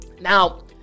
Now